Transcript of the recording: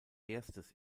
erstes